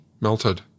melted